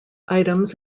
items